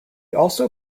also